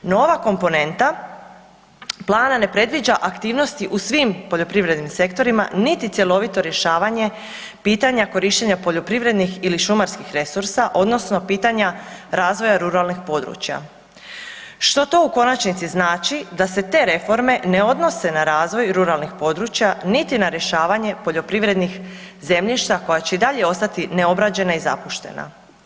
No ova komponenta plana ne predviđa aktivnosti u svim poljoprivrednim sektorima, niti cjelovito rješavanje pitanja korištenja poljoprivrednih ili šumarskih resursa odnosno pitanja razvoja ruralnih područja, što to u konačnici znači da se te reforme ne odnose na razvoj ruralnih područja, niti na rješavanje poljoprivrednih zemljišta koja će i dalje ostati neobrađena i zapuštena.